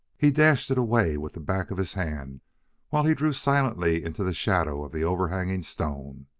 he dashed it away with the back of his hand while he drew silently into the shadow of the overhanging stone.